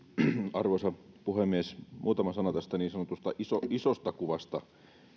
arvoisa puhemies muutama sana tästä niin sanotusta isosta isosta kuvasta